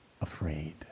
afraid